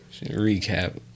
Recap